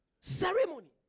ceremony